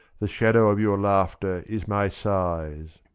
the shadow of your laughter is my sighs.